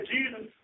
Jesus